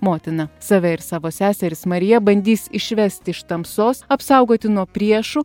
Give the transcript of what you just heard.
motina save ir savo seseris mariją bandys išvesti iš tamsos apsaugoti nuo priešų